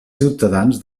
ciutadans